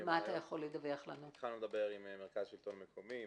התחלנו לדבר עם מרכז שלטון מקומי,